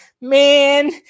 Man